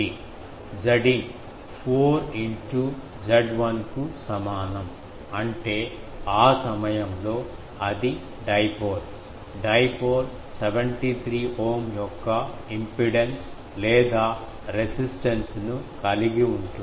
Zin 4 into Z1 కు సమానం అంటే ఆ సమయంలో అది డైపోల్ డైపోల్ 73 ఓం యొక్క ఇంపిడెన్స్ లేదా రెసిస్టెన్స్ ను కలిగి ఉంటుంది